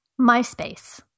MySpace